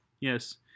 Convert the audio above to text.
Yes